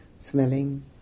smelling